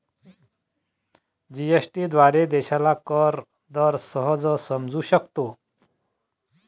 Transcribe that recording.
GST याद्वारे देशाला कर दर सहज समजू शकतो